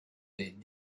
des